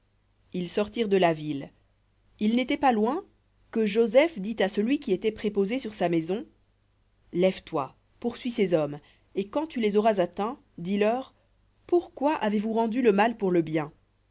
ils sortirent de la ville ils n'étaient pas loin que joseph dit à celui qui était sur sa maison lève-toi poursuis ces hommes et quand tu les auras atteints dis-leur pourquoi avez-vous rendu le mal pour le bien